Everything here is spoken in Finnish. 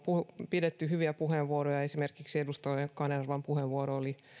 pidetty hyviä puheenvuoroja esimerkiksi edustaja kanervan puheenvuoro oli